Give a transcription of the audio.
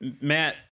Matt